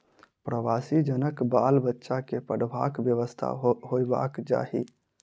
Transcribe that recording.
प्रवासी जनक बाल बच्चा के पढ़बाक व्यवस्था होयबाक चाही